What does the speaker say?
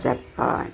Japan